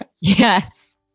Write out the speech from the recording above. Yes